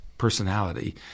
Personality